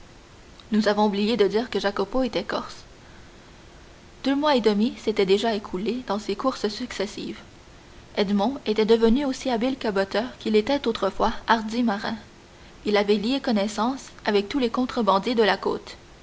nous avons oublié de dire que jacopo était corse deux mois et demi s'étaient déjà écoulés dans ces courses successives edmond était devenu aussi habile caboteur qu'il était autrefois hardi marin il avait lié connaissance avec tous les contrebandiers de la côte